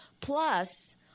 plus